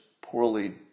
poorly